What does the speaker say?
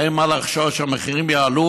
אין מה לחשוש שהמחירים יעלו,